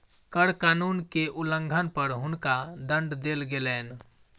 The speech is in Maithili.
कर कानून के उल्लंघन पर हुनका दंड देल गेलैन